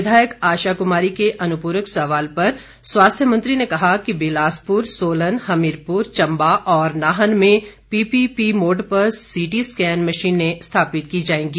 विधायक आशा कुमारी के अनुपूरक सवाल पर स्वास्थ्य मंत्री ने कहा कि बिलासपुर सोलन हमीरपुर चंबा और नाहन में पीपीपी मोड पर सीटी स्कैन मशीनें स्थापित की जाएंगी